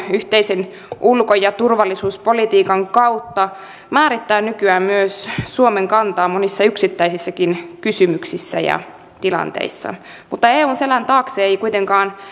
yhteisen ulko ja turvallisuuspolitiikan kautta määrittää nykyään myös suomen kantaa monissa yksittäisissäkin kysymyksissä ja tilanteissa mutta eun selän taakse ei kuitenkaan